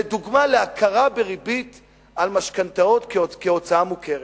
לדוגמה, להכרה בריבית על משכנתאות כהוצאה מוכרת,